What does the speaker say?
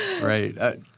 Right